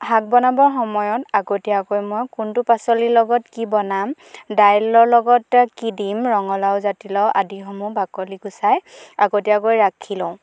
শাক বনাবৰ সময়ত আগতীয়াকৈ মই কোনটো পাচলিৰ লগত কি বনাম দাইলৰ লগতে কি দিম ৰঙালাও জাতিলাও আদিসমূহ বাকলি গুচাই আগতীয়াকৈ ৰাখি লওঁ